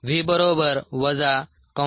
v 17